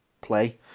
play